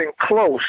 close